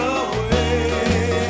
away